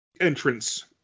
entrance